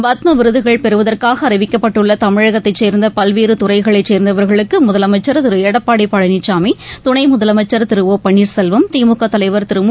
பத்மவிருதுகள் பெறுவதற்காக அறிவிக்கப்பட்டுள்ளதமிழகத்தைசேர்ந்தபல்வேறுதுறைகளைசேர்ந்தவர்களுக்குழுதலமைச்சர் திருளடப்பாடிபழனிசாமி துணைமுதலமைச்சர் திருஒபன்னீர்செல்வம் திமுகதலைவர் திருமு